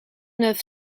neuf